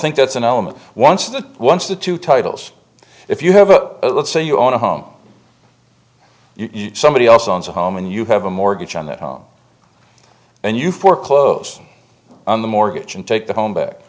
think that's an element once the once the two titles if you have a let's say you own a home somebody else owns a home and you have a mortgage on that home and you foreclose on the mortgage and take the home back